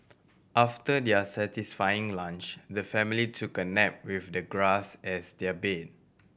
after their satisfying lunch the family took a nap with the grass as their bed